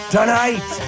Tonight